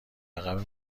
عقب